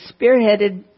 spearheaded